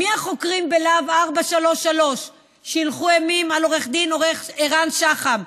מי החוקרים בלהב 433 שהילכו אימים על עורך הדין ערן שחם,